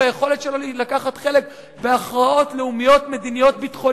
ביכולת שלו לקחת חלק בהכרעות לאומיות-מדיניות-ביטחוניות.